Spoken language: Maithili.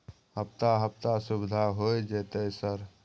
हफ्ता हफ्ता सुविधा होय जयते सर?